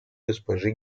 госпожи